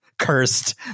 Cursed